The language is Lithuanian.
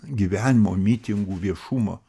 gyvenimo mitingų viešumo